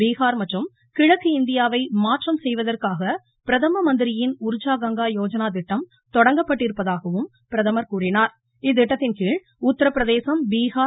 பீகார் மற்றும் கிழக்கு இந்தியாவை மாற்றம் செய்வதற்காக பிரதம மந்திரியின் உர்ஜா கங்கா யோஜனா திட்டம் தொடங்கப்பட்டிருப்பதாகவும் பிரதமர் கூறினார் இத்திட்டத்தின்கீழ் உத்திரப்பிரதேசம் பீகார்